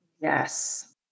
Yes